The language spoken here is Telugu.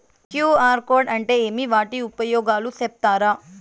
క్యు.ఆర్ కోడ్ అంటే ఏమి వాటి ఉపయోగాలు సెప్తారా?